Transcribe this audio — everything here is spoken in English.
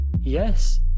Yes